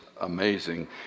amazing